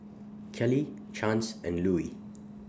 Kellee Chance and Louis